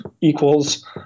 equals